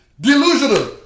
Delusional